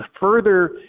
further